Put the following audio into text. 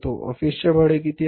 ऑफिसचे भाडे किती आहे